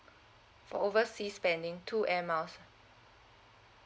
for overseas spending two airmiles